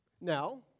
Now